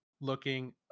looking